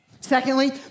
Secondly